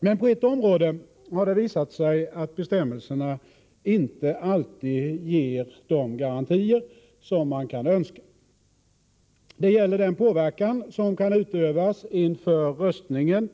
Men på ett område har det visat sig att bestämmelserna inte alltid ger de garantier som man kan önska. Det gäller den påverkan som kan utövas inför röstningen